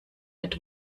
mit